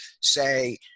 say